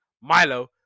Milo